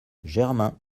germain